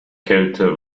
kälte